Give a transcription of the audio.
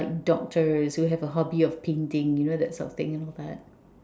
like doctors who have a hobby of painting you know that sort of thing and all that